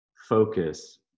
focus